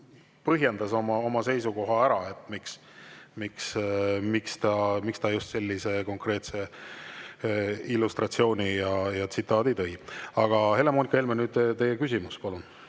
põhjendas oma seisukoha ära, miks ta just sellise konkreetse illustratsiooni ja tsitaadi tõi. Helle-Moonika Helme, nüüd teie küsimus, palun!